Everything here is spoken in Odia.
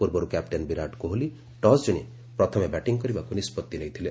ପୂର୍ବରୁ କ୍ୟାପ୍ଟେନ୍ ବିରାଟ୍ କୋହଲି ଟସ୍ ଜିଣି ପ୍ରଥମେ ବ୍ୟାଟିଂ କରିବାକୁ ନିଷ୍ପଭି ନେଇଥିଲେ